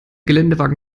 geländewagen